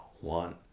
One